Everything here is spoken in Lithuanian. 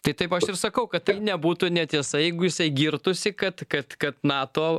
tai taip aš ir sakau kad tai nebūtų netiesa jeigu jisai girtųsi kad kad kad nato